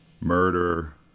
murder